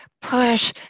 push